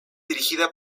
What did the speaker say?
dirigida